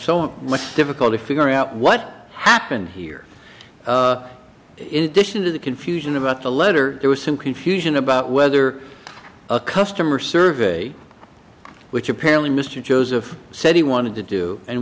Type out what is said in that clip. so much difficulty figuring out what happened here it into the confusion about the letter there was some confusion about whether a customer service which apparently mr joseph said he wanted to do and